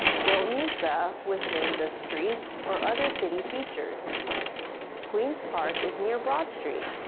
don't use the with names of streets or other city features queen's park is near broad street.